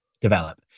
develop